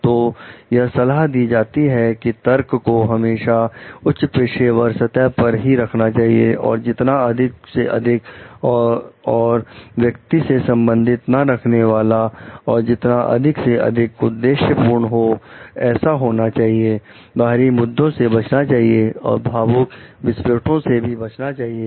तो तो यह सलाह दी जाती है कि तर्क को हमेशा उच्च पेशेवर सतह पर ही रखना चाहिए और जितना अधिक से अधिक और व्यक्ति से संबंधित ना रखने वाला और जितना अधिक से अधिक उद्देश्य पूर्ण हो ऐसा होना चाहिए बाहरी मुद्दों से बचना चाहिए और भावुक विस्फोटों से भी बचना चाहिए